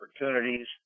opportunities